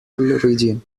region